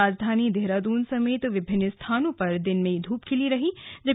राजधानी देहरादून समेत विभिन्न स्थानों पर दिन में खिली धूप हुयी